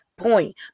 Point